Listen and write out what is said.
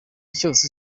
cyose